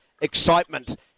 excitement